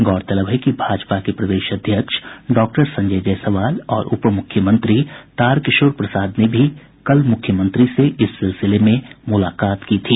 गौरतलब है कि भाजपा के प्रदेश अध्यक्ष संजय जायसवाल और उप मुख्यमंत्री तारकिशोर प्रसाद ने भी कल मुख्यमंत्री से इस सिलसिले में मुलाकात की थी